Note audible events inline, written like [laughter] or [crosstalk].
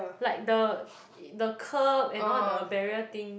like the [noise] the curb and all the barrier thing